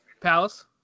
Palace